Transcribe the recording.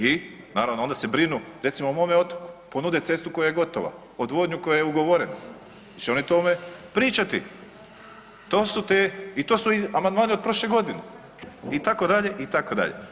I naravno onda se brinu recimo o mome otoku, ponude cestu koja je gotova, odvodnju koja je ugovorena, će oni o tome pričati, to su te i to su amandmani od prošle godine itd., itd.